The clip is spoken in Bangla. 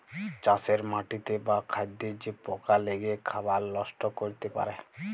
চাষের মাটিতে বা খাদ্যে যে পকা লেগে খাবার লষ্ট ক্যরতে পারে